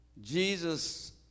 Jesus